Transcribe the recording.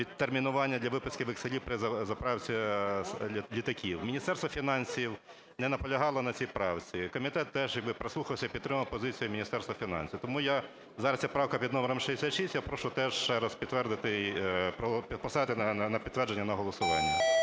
Міністерство фінансів не наполягало на цій правці. Комітет теж, як би прислухався і підтримав позицію Міністерства фінансів. Тому я… зараз ця правка під номером 66 я прошу теж ще раз підтвердити і підписати на підтвердження на голосування.